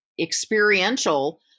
experiential